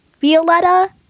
Violetta